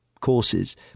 courses